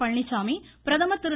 பழனிச்சாமி பிரதமர் திரு